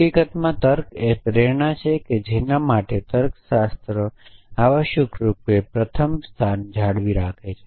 હકીકતમાં તર્ક એ તે પ્રેરણા છે કે જેના માટે તર્કશાસ્ત્ર આવશ્યકરૂપે પ્રથમ સ્થાને જાળવી રાખીને